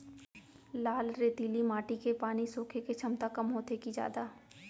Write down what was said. लाल रेतीली माटी के पानी सोखे के क्षमता कम होथे की जादा?